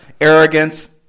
arrogance